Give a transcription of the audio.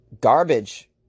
Garbage